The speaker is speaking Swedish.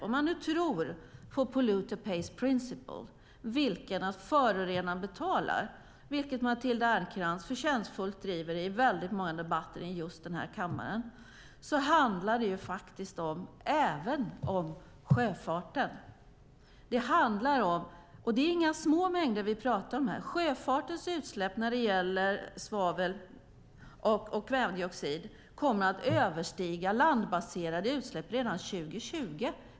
Om man nu tror på polluter pays principle, alltså att förorenaren betalar, vilket Matilda Ernkrans förtjänstfullt driver i väldigt många debatter i just denna kammare, handlar det faktiskt även om sjöfarten. Det är inga små mängder vi talar om. Sjöfartens utsläpp när det gäller svavel och kvävedioxid kommer att överstiga landbaserade utsläpp 2020.